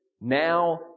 now